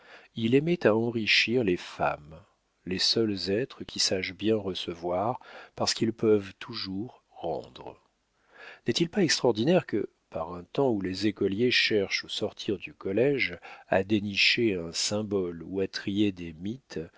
il aimait à enrichir les femmes les seuls êtres qui sachent bien recevoir parce qu'ils peuvent toujours rendre n'est-il pas extraordinaire que par un temps où les écoliers cherchent au sortir du collége à dénicher un symbole ou à